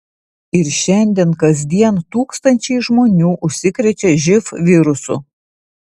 ir šiandien kasdien tūkstančiai žmonių užsikrečia živ virusu